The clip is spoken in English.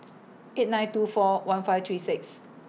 eight nine two four one five three six